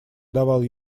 давал